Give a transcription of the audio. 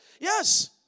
Yes